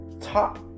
top